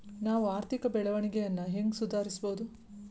ನಾವು ಆರ್ಥಿಕ ಬೆಳವಣಿಗೆಯನ್ನ ಹೆಂಗ್ ಸುಧಾರಿಸ್ಬಹುದ್?